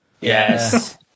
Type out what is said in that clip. Yes